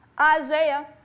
Isaiah